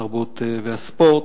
התרבות והספורט.